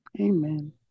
amen